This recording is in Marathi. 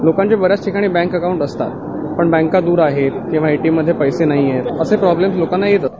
लोकांच बन्याच ठिकाणी बँक अकाऊंट असतात पण बँका दूर आहेत किंवा एटीएम मध्ये पैसे नहीयेत असे प्रॉब्लेम लोकांना येत असतात